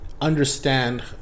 understand